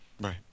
right